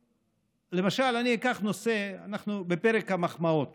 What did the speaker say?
למשל, אני אקח נושא, אנחנו בפרק המחמאות